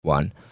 one